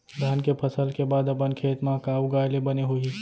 धान के फसल के बाद अपन खेत मा का उगाए ले बने होही?